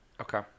Okay